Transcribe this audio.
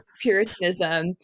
Puritanism